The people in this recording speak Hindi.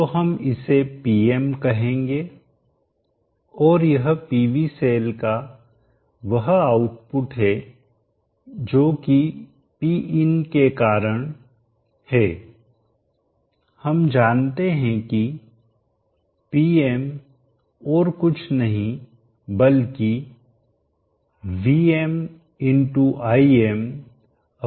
तो हम इसे Pm कहेंगे और यह पीवी सेल का वह आउटपुट है जो कि Pin के कारण है और हम जानते हैं कि Pm और कुछ नहीं बल्कि VmImPin है